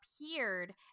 appeared